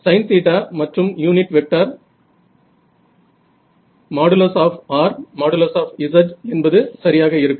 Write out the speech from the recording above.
sin θ மற்றும் unit vector |r| |z| என்பது சரியாக இருக்கும்